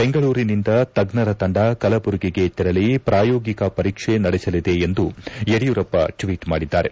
ಬೆಂಗಳೂರಿನಿಂದ ತಜ್ಞರ ತಂಡ ಕಲಬುರಗಿಗೆ ತೆರಳಿ ಪ್ರಾಯೋಗಿಕ ಪರೀಕ್ಷೆ ನಡೆಸಲಿದೆ ಎಂದು ಯಡಿಯೂರಪ್ಪ ಟ್ವೀಟ್ ಮಾಡಿದ್ದಾರೆ